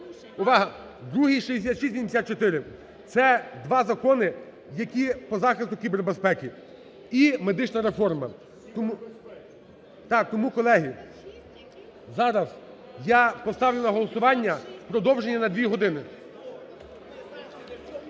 Увага, другий 6674. Це два закони, які по захисту кібербезпеки. І медична реформа. Тому… Так, тому, колеги, зараз я поставлю на голосування продовження на дві години.